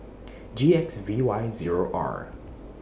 G X V Y Zero R